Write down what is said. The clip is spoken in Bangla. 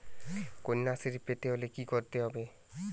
কন্যাশ্রী পেতে হলে কি করতে হবে?